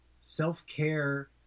self-care